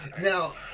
Now